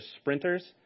sprinters